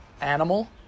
animal